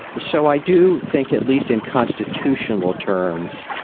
so i do think, at least in constitutional terms,